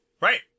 Right